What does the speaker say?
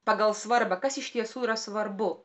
pagal svarbą kas iš tiesų yra svarbu